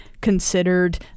considered